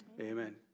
Amen